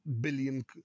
billion